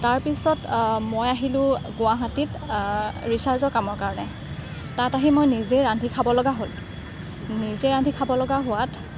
তাৰপিছত মই আহিলোঁ গুৱাহাটীত ৰিছাৰ্চৰ কামৰ কাৰণে তাত আহি মই নিজেই ৰান্ধি খাব লগা হ'ল নিজে ৰান্ধি খাব লগা হোৱাত